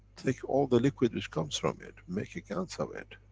take all the liquid which comes from it. make a gans of it.